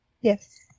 Yes